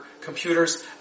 computers